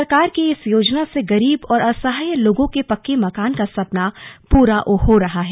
सरकार की इस योजना से गरीब और असहाय लोगों के पक्के मकान का सपना पूरा हो रहा है